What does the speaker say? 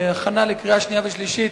בהכנה לקריאה שנייה ושלישית,